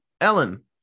Ellen